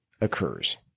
occurs